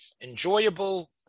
enjoyable